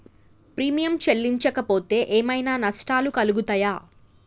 Premium చెల్లించకపోతే ఏమైనా నష్టాలు కలుగుతయా?